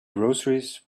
groceries